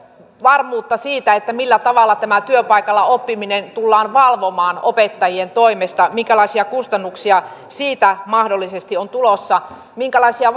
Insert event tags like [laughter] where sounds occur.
varmuutta siitä millä tavalla tämä työpaikalla oppiminen tullaan valvomaan opettajien toimesta minkälaisia kustannuksia siitä mahdollisesti on tulossa ja minkälaisia [unintelligible]